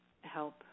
help